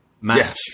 match